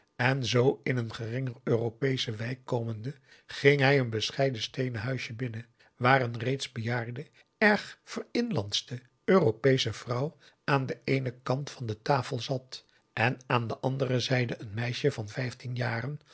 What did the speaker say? en zoo in een geringer europeesche wijk komende ging hij een bescheiden steenen huisje binnen waar een reeds bejaarde erg verinlandschte europeesche vrouw aan den eenen kant van de tafel zat en aan de anp a daum de van der lindens c s onder ps maurits dere zijde een meisje van vijftien jaren